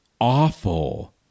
Awful